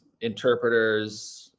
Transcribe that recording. interpreters